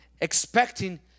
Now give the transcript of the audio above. Expecting